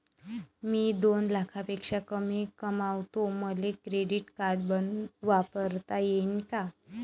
मी दोन लाखापेक्षा कमी कमावतो, मले क्रेडिट कार्ड वापरता येईन का?